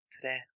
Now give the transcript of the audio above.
today